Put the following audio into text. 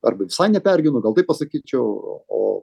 arba visai nepergyvenu gal taip pasakyčiau o